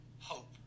Hope